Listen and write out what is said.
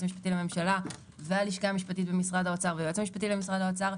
המשפטי לממשלה והלשכה המשפטית במשרד האוצר והיועץ המשפטי למשרד האוצר,